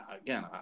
again